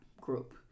group